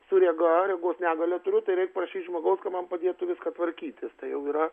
su rega regos negalią turiu tai reik prašyt žmogaus kad man padėtų viską tvarkytis tai jau yra